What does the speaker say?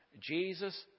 Jesus